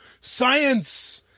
science